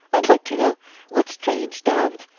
i'd like to know what strange, damned,